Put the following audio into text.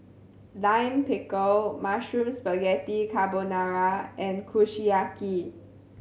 Lime Pickle Mushroom Spaghetti Carbonara and Kushiyaki